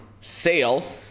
sale